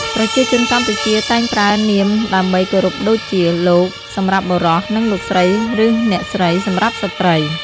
ប្រជាជនកម្ពុជាតែងប្រើនាមដើម្បីគោរពដូចជា "លោក" សម្រាប់បុរស និង "លោកស្រី ឬអ្នកស្រី" សម្រាប់ស្ត្រី។